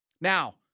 Now